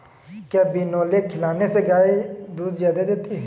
क्या बिनोले खिलाने से गाय दूध ज्यादा देती है?